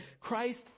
Christ